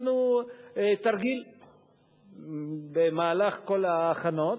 עשינו אפילו תרגיל במהלך כל ההכנות,